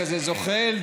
כזה זוחל,